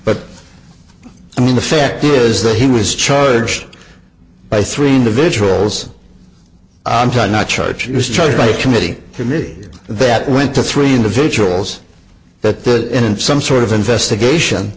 but i mean the fact is that he was charged by three individuals i'm tied not charged she was charged by the committee to me that went to three individuals that that in some sort of investigation